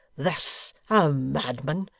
this a madman!